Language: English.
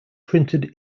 printed